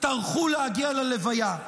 טרחו להגיע ללוויה.